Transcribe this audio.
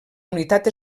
unitat